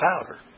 powder